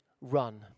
run